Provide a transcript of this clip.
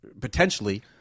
Potentially